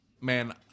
Man